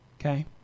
Okay